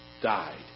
died